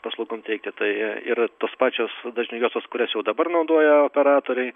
paslaugom teikti tai ir tos pačios dažnių juostos kurias jau dabar naudoja operatoriai